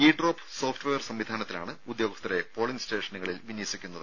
E drop software സംവിധാനത്തിലാണ് ഉദ്യോഗസ്ഥരെ polling സ്റ്റേഷനുകളിൽ വിന്യസിക്കുന്നത്